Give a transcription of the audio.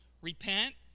Repent